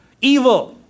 evil